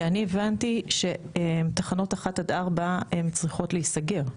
אני הבנתי שתחנות 1-4 צריכות להיסגר.